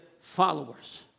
followers